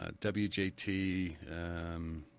WJT